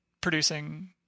producing